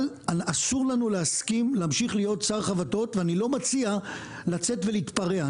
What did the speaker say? אסור לנו להסכים להמשיך להיות שק חבטות ואני לא מציע לצאת ולהתפרע.